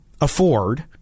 afford